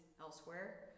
elsewhere